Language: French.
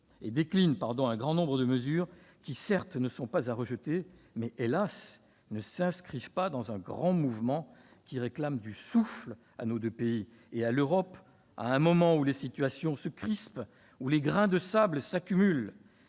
la déclinaison d'un grand nombre de mesures qui, certes, ne sont pas à rejeter, mais, hélas, ne s'inscrivent pas dans un grand mouvement permettant de redonner du souffle à nos deux pays et à l'Europe, à un moment où les situations se crispent, où les grains de sable s'accumulent.